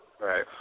Right